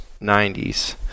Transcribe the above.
90s